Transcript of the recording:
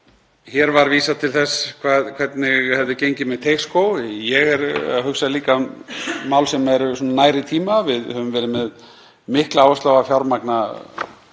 Hér var vísað til þess hvernig hefði gengið með Teigsskóg. Ég er líka að hugsa um mál sem eru nær í tíma. Við höfum verið með mikla áherslu á að fjármagna